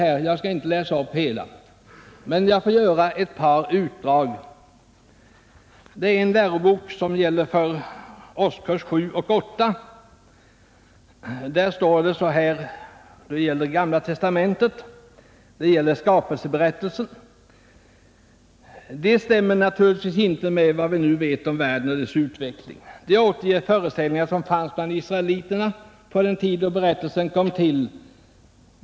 Jag skall inte läsa upp hela innehållet i dem, men jag vill göra ett par utdrag. Den ena läroboken är avsedd för årskurs 7—8. I den står det beträffande skapelseberättelsen i Gamla testamentet: ”Det stämmer naturligtvis inte med vad vi nu vet om världen och dess utveckling. De återger föreställningar som fanns bland israeliterna på den tid, då berättelserna kom till.